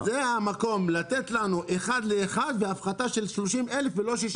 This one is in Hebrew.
זה המקום לתת לנו אחד לאחד והפחתה של 30,000 ולא 60,000 שקל.